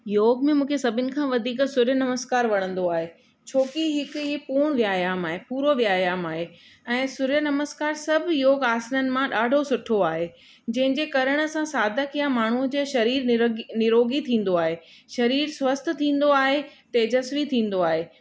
योग में मूंखे सभिनी खां वधीक सूर्य नमस्कार वणंदो आहे छो की ही हिक ही पूर्ण व्यायाम आहे पूरो व्यायाम आहे ऐं सूर्य नमस्कार सभु योग आसननि मां ॾाढो सुठो आहे जंहिंजे करण सां साधक या माण्हू जो शरीर निरोगी थींदो आहे शरीर स्वस्थ थींदो आहे तेजस्वी थींदो आहे